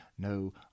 No